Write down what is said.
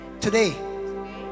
Today